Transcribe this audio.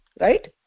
right